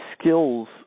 skills